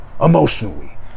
emotionally